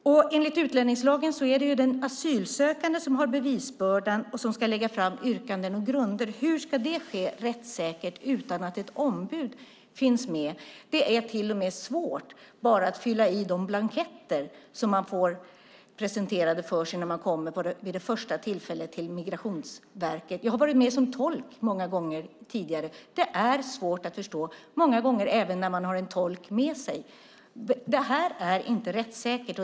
Enligt utlänningslagen är det den asylsökande som har bevisbördan och som ska lägga fram yrkanden och grunder. Hur ska det ske rättssäkert utan att ett ombud finns med? Det är till och med svårt bara att fylla i de blanketter som man får presenterade för sig när man kommer till Migrationsverket vid det första tillfället. Jag har varit med som tolk många gånger tidigare. Det är ofta svårt att förstå även när man har en tolk med sig. Det här är inte rättssäkert.